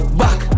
back